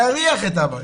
להריח את אבא,